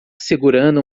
segurando